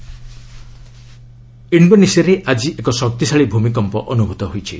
Indonesia quake ଇଷୋନେସିଆରେ ଆଜି ଏକ ଶକ୍ତିଶାଳୀ ଭୂମିକମ୍ପ ଅନୁଭୂତ ହୋଇଛି